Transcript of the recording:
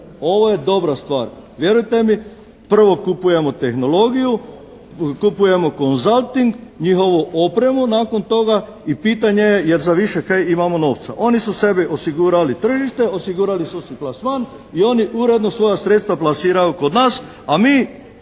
Ovo je dobra stvar. Vjerujte mi prvo kupujemo tehnologiju, kupujemo konzalting, njihovu opremu nakon toga i pitanje je jel za više kaj imamo novca? Oni su sebi osigurali tržište, osigurali su si plasman i oni uredno svoja sredstva plasiraju kod nas, a mi